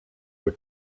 were